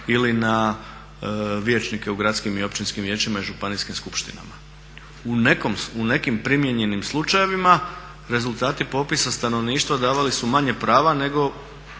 ili na vijećnike u gradskim i općinskim vijećima i županijskim skupštinama. U nekim primijenjenim slučajevima rezultati popisa stanovništva davali su manje prava nego